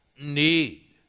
need